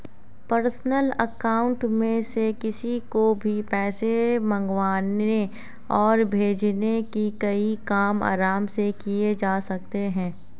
personal account में से किसी को भी पैसे मंगवाने और भेजने के कई काम आराम से किये जा सकते है